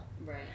Right